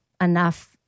enough